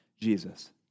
Jesus